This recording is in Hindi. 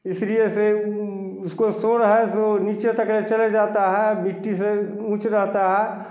इसलिए इसे उसको शोर है तो वह नीचे तक चल जाता है मिट्टी से ऊँचा रहता है